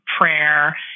prayer